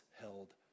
held